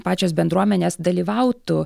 pačios bendruomenės dalyvautų